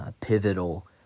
pivotal